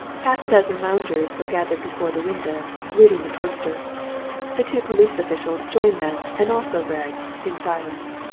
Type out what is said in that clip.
half a dozen loungers were gathered before the window, reading the poster the two police officials joined them and also read in silence.